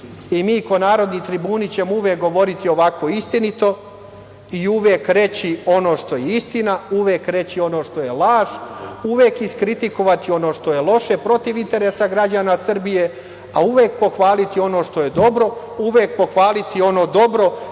i mi kao narodni tribuni ćemo uvek govoriti ovako istinito i uvek reći ono što je istina, uvek reći ono što je laž, uvek iskritikovati ono što je loše i protiv interesa građana Srbije, a uvek pohvaliti ono što je dobro, uvek pohvaliti ono dobro